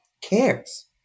cares